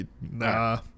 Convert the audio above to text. nah